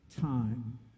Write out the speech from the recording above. time